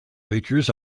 features